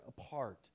apart